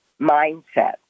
mindset